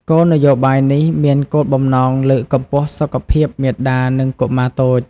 គោលនយោបាយនេះមានគោលបំណងលើកកម្ពស់សុខភាពមាតានិងកុមារតូច។